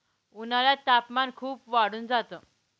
उन्हाळ्यात तापमान खूप वाढून जात